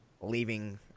leaving